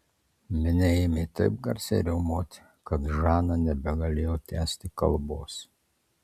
minia ėmė taip garsiai riaumoti kad žana nebegalėjo tęsti kalbos